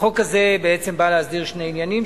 החוק הזה בא בעצם להסדיר שני עניינים,